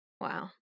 Wow